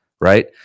right